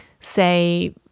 say